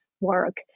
work